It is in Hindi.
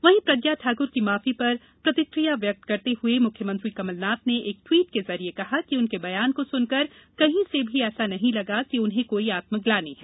वहीं प्रज्ञा ठाकुर की माफी पर प्रतिक्रिया व्यक्त करते हुये मुख्यमंत्री कमलनाथ ने एक ट्वीट के जरिए कहा कि उनके बयान को सुनकर कहीं से भी ऐसा नहीं लगा कि उन्हें कोई आत्मग्लानि है